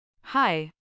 Hi